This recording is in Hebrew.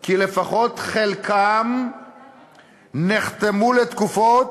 כי לפחות חלקם נחתמו לתקופות,